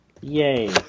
Yay